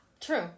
True